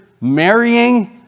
marrying